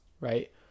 right